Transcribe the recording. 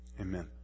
Amen